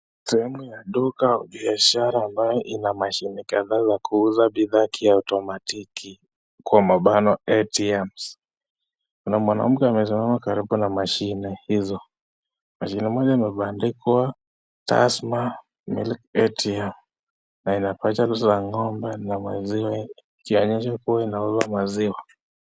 Ni sehemu ya duka au biashara ambayo ina mashine kadhaa za kuuza bidhaa kiotomatiki kwa mabango ATM's . Kuna mwanamuke amesimama karibu na mashine hizo. Mashine moja imebandikwa Tassmatt Milk ATM na ina picha za ng'ombe na maziwa ikionyesha kuwa inauza maziwa.